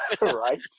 Right